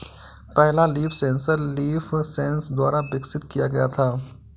पहला leaf sensor LeafSens द्वारा विकसित किया गया था